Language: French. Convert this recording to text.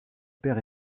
père